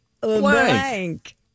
blank